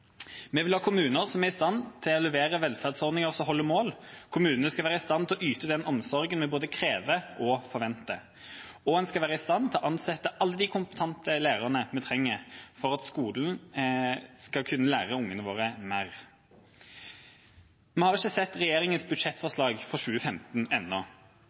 Vi vil ha kommuner som er i stand til å levere velferdsordninger som holder mål. Kommunene skal være i stand til å yte den omsorgen vi både krever og forventer, og de skal være i stand til å ansette alle de kompetente lærerne vi trenger for at skolen skal kunne lære ungene våre mer. Vi har ikke sett regjeringas budsjettforslag for 2015 ennå, og leser vi